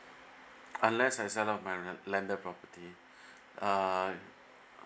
unless I sell out my lan~ landed property uh